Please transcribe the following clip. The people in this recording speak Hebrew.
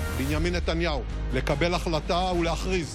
חברות וחברי הכנסת, השר, אני מתכבד לפתוח את ישיבת